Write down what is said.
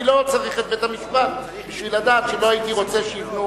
אני לא צריך את בית-המשפט בשביל לדעת שלא הייתי רוצה שיבנו